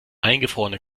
eingefrorene